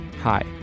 Hi